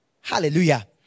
Hallelujah